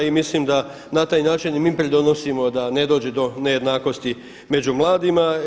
I mislim da na taj način i mi pridonosimo da ne dođe do nejednakosti među mladima.